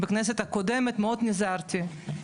בכנסת הקודמת מאוד נזהרתי,